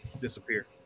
disappear